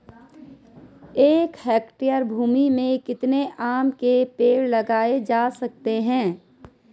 एक हेक्टेयर भूमि में कितने आम के पेड़ लगाए जा सकते हैं?